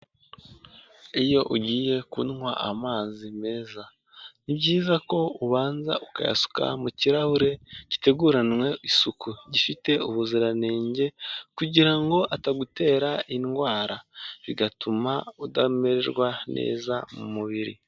Iyo ugiye kunywa amazi meza ni byiza ko ubanza ukayasuka mu kirahure giteguranwe isuku gifite ubuziranenge kugira ngo atagutera indwara bigatuma utamererwa neza mu mubiri.